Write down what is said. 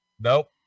Nope